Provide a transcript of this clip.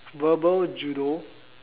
verbal judo